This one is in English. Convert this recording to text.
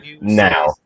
now